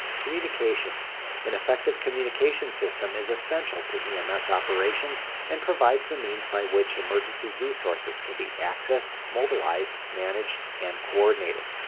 communications an effective communications system is essential to ems operations and provides the means by which emergency resources can be accessed, mobilized, managed, and coordinated.